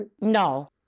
No